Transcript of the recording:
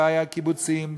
בקיבוצים,